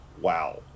Wow